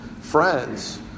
friends